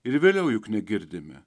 ir vėliau juk negirdime